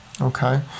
okay